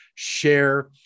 share